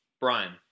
Brian